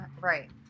right